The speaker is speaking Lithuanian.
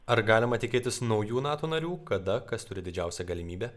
ar galima tikėtis naujų nato narių kada kas turi didžiausią galimybę